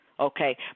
Okay